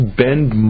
bend